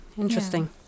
Interesting